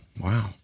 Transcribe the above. Wow